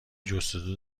جستجو